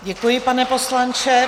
Děkuji, pane poslanče.